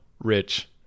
rich